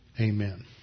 Amen